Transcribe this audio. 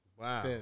Wow